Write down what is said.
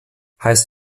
heißt